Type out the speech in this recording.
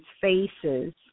faces